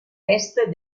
est